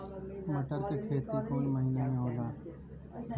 मटर क खेती कवन महिना मे होला?